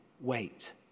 wait